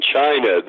China